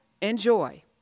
Enjoy